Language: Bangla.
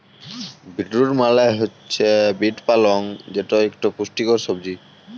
বিট রুট মালে হছে বিট পালং যেট ইকট পুষ্টিকর সবজি